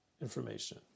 information